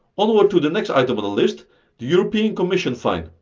onward to the next item on the list the european commission fine.